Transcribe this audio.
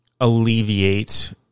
alleviate